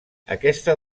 aquesta